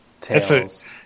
tales